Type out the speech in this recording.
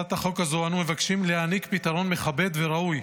שבהצעת החוק הזו אנו מבקשים להעניק פתרון מכבד וראוי,